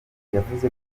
yavuze